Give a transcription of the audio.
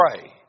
pray